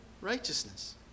righteousness